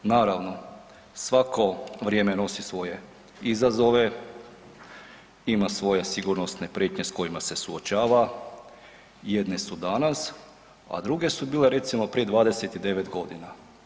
Naravno svako vrijeme nosi svoje izazove, ima svoje sigurnosne prijetnje s kojima se suočava, jedne su danas, a druge su bile recimo prije 29 godina.